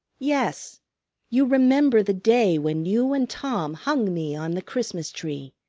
yes you remember the day when you and tom hung me on the christmas tree.